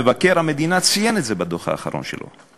מבקר המדינה ציין את זה בדוח האחרון שלו.